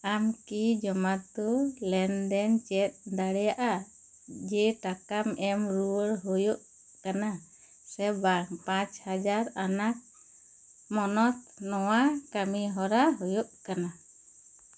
ᱟᱢ ᱠᱤ ᱡᱚᱢᱟᱛᱳ ᱞᱮᱱᱫᱮᱱ ᱪᱮᱫ ᱫᱟᱲᱮᱭᱟᱜᱼᱟ ᱡᱮ ᱴᱟᱠᱟᱢ ᱮᱢ ᱨᱩᱣᱟᱹᱲ ᱦᱩᱭᱩᱜ ᱠᱟᱱᱟ ᱥᱮ ᱵᱟᱝ ᱯᱟᱸᱪ ᱦᱟᱡᱟᱨ ᱟᱱᱟᱜ ᱢᱟᱱᱚᱛ ᱱᱚᱣᱟ ᱠᱟᱢᱤ ᱦᱚᱨᱟ ᱦᱩᱭᱩᱜ ᱠᱟᱱᱟ